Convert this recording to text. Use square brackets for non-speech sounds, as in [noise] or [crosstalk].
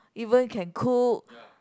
even can cook [noise]